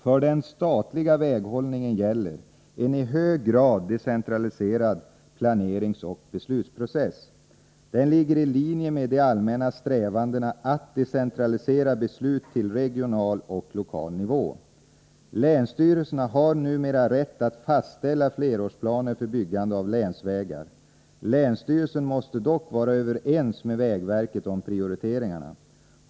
För den statliga väghållningen gäller en i hög grad decentraliserad planeringsoch beslutsprocess. Den ligger i linje med de allmänna strävandena att decentralisera beslut till regional och lokal nivå. Länsstyrelserna har numera rätt att fastställa flerårsplaner för byggande av länsvägar. Länsstyrelsen måste dock vara överens med vägverket om prioriteringarna.